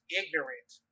ignorant